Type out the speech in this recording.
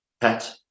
pet